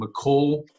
McCall